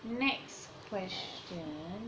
next question